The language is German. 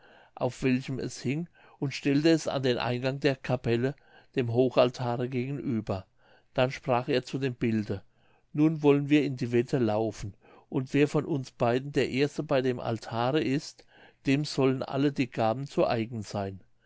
auf welchem es hing und stellte es an den eingang der capelle dem hochaltare gegenüber dann sprach er zu dem bilde nun wollen wir in die wette laufen und wer von uns beiden der erste bei dem altare ist dem sollen alle die gaben zu eigen seyn